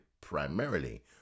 primarily